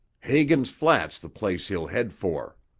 hagen's flat's the place he'll head for.